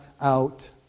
out